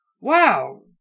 Wow